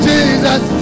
Jesus